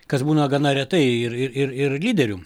kas būna gana retai ir ir ir ir lyderiu